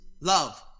Love